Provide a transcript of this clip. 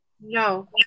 No